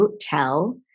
tell